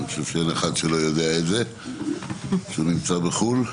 אני חושב שאין אחד שלא יודע את זה שהוא נמצא בחו"ל.